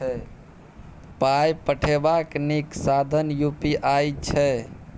पाय पठेबाक नीक साधन यू.पी.आई छै